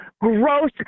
gross